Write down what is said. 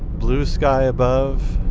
blue sky above,